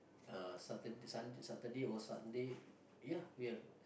ah Saturday Sunday Saturday or Sunday ya we have